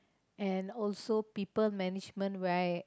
and also people management right